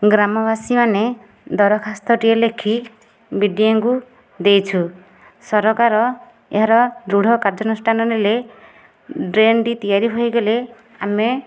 ଗ୍ରାମବାସୀମାନେ ଦରଖାସ୍ତଟିଏ ଲେଖି ବିଡିଓଙ୍କୁ ଦେଇଛୁ ସରକାର ଏହାର ଦୃଢ କାର୍ଯ୍ୟାନୁଷ୍ଠାନ ନେଲେ ଡ୍ରେନ୍ଟି ତିଆରି ହୋଇଗଲେ ଆମେ